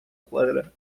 cuadra